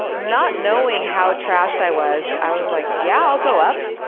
not knowing how trashed i was, i was like yeah, i'll go up!